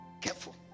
careful